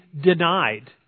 denied